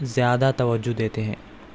زیادہ توجہ دیتے ہیں